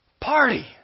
party